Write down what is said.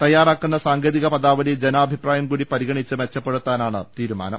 തയ്യാറാക്കുന്ന സാങ്കേതിക പദാവലി ജനാഭിപ്രായം കൂടി പരി ഗണിച്ച് മെച്ചപ്പെടുത്താനാണ് തീരുമാനം